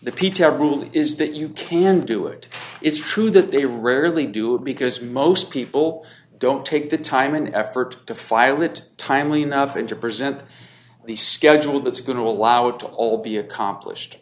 rule is that you can do it it's true that they rarely do it because most people don't take the time and effort to file it timely nothing to present the schedule that's going to allow to all be accomplished